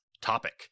topic